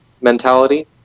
mentality